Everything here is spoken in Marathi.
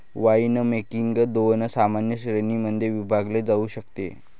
वाइनमेकिंग दोन सामान्य श्रेणीं मध्ये विभागले जाऊ शकते